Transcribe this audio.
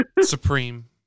Supreme